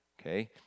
okay